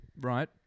Right